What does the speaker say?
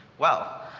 well,